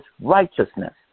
righteousness